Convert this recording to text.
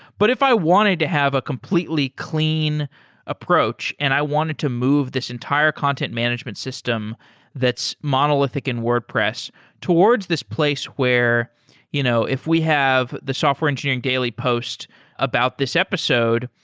but if i wanted to have a completely clean approach and i wanted to move this entire content management system that's monolithic in wordpress towards this place where you know if we have the software engineering daily post about this episode,